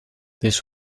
this